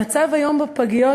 המצב היום בפגיות,